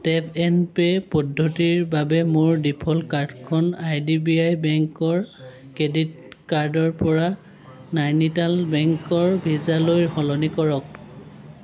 tap and pay পদ্ধতিৰ বাবে মোৰ ডিফ'ল্ট কাৰ্ডখন আই ডি বি আই বেংকৰ ক্ৰেডিট কাৰ্ডৰ পৰা নৈনিতাল বেংকৰ ভিছালৈ সলনি কৰক